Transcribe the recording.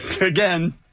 again